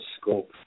scope